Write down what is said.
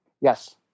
Yes